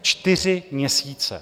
Čtyři měsíce.